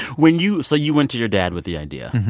when you so you went to your dad with the idea.